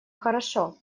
хорошо